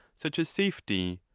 such as safety,